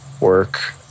work